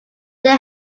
they